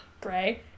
Gray